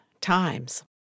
times